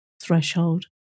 threshold